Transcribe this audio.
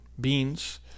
beans